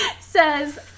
says